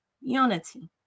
unity